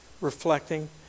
reflecting